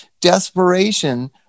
desperation